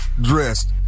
dressed